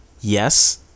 yes